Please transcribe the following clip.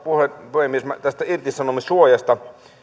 puhemies tästä irtisanomissuojasta